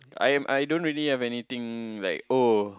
I am I don't really have anything like oh